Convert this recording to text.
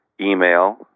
email